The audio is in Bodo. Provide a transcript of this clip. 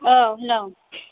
औ हेलौ